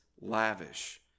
lavish